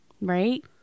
right